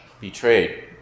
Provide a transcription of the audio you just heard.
betrayed